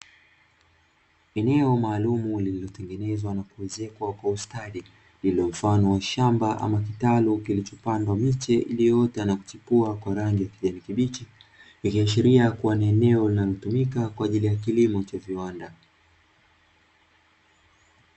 Eneo maalumu lililotengenezwa na kuezekwa kwa ustadi, lililo mfano wa shamba au kitalu kilichopandwa miche iliyoota na kuchipua kwa rangi ya kijani kibichi, ikiashiria kuwa ni eneo linalotumika kwa ajili ya kilimo cha viwanda.